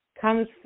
comes